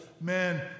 men